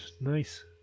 Nice